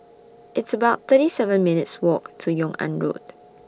It's about thirty seven minutes' Walk to Yung An Road